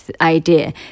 idea